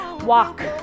Walk